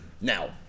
now